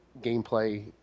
gameplay